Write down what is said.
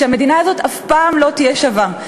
שהמדינה הזאת אף פעם לא תהיה שווה,